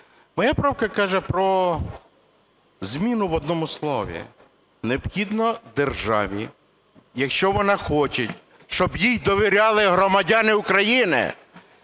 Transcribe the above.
Моя правка каже про зміну в одному слові. Необхідно державі, якщо вона хоче, щоб їй довіряли громадяни України